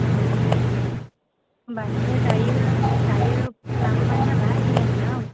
होनबा नोङो दायो दायो लाबो बानो जाबाय बेलासियाव